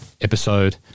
episode